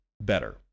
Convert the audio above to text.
better